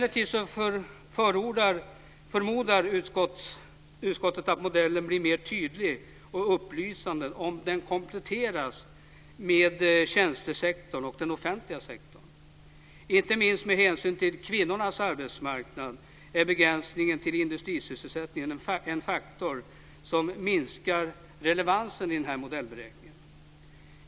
Emellertid förmodar utskottet att modellen blir mer tydlig och upplysande om den kompletteras med tjänstesektorn och den offentliga sektorn. Inte minst med hänsyn till kvinnornas arbetsmarknad är begränsningen till industrisysselsättningen en faktor som minskar relevansen i denna modellberäkning.